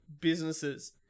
businesses